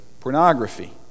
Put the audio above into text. pornography